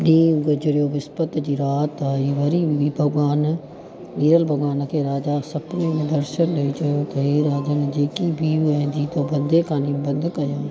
ॾींहुं गुज़रियो विस्पति जी राति आहीं वरी भॻवानु विरल भॻवान खे राजा सुपिने में दर्शनु ॾेई चयो त हे राजनि जेकी बि उहा अजीत खे बंदे खाने में बंदि कयई